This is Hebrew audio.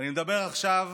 ואני מדבר עכשיו